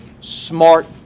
smart